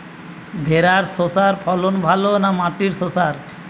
ভেরার শশার ফলন ভালো না মাটির শশার?